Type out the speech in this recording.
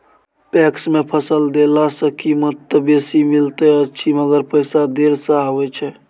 PACS मे फसल देला सॅ कीमत त बेसी मिलैत अछि मगर पैसा देर से आबय छै